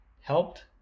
helped